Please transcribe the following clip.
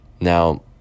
Now